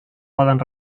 poden